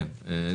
דיברו על זה?